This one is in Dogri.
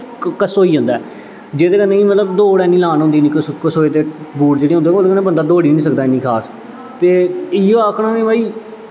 कसोई जंदा ऐ जेह्दै कन्नै मतलब दौड़ ऐनी लान होंदी करोए दे बूट जेह्ड़े होंदे उं'दै कन्नै बंदा इन्ना दौड़ी निं सकदा ऐ इन्नी खास ते इ'यै आखना केह् भाई